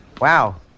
Wow